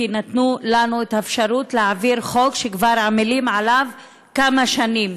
כי הם נתנו לנו את האפשרות להעביר חוק שכבר עמלים עליו כמה שנים.